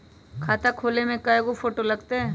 खाता खोले में कइगो फ़ोटो लगतै?